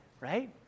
right